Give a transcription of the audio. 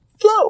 flow